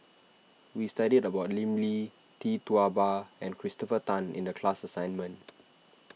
we studied about Lim Lee Tee Tua Ba and Christopher Tan in the class assignment